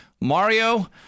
Mario